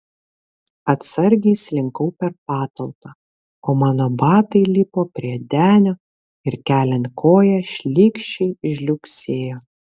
atsargiai slinkau per patalpą o mano batai lipo prie denio ir keliant koją šlykščiai žliugsėjo